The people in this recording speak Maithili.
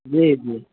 जी जी